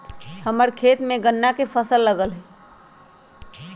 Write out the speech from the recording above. हम्मर खेत में गन्ना के फसल लगल हई